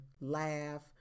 laugh